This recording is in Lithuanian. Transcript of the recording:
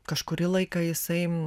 kažkurį laiką jisai